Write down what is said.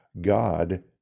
God